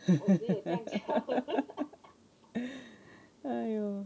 !aiyo!